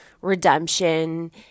redemption